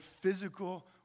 physical